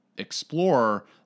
explore